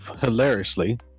Hilariously